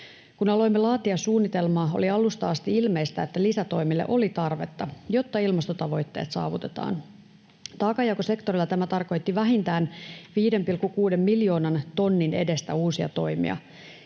Kun aloimme laatia suunnitelmaa, oli alusta asti ilmeistä, että lisätoimille oli tarvetta, jotta ilmastotavoitteet saavutetaan. Taakanjakosektorilla tämä tarkoitti vähintään 5,6 miljoonan tonnin edestä uusia toimia.